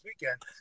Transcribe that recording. weekend